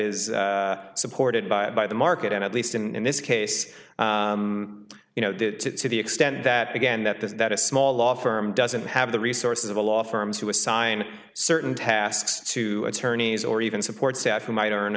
is supported by a by the market and at least in this case you know to the extent that again that this that a small law firm doesn't have the resources of a law firms who assign certain tasks to attorneys or even support staff who might